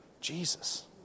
Jesus